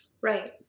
Right